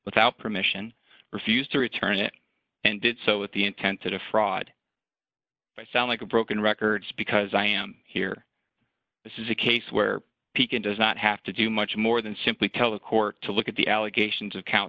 without permission refused to return it and did so with the intent to defraud i sound like a broken records because i am here this is a case where pekin does not have to do much more than simply tell the court to look at the allegations of co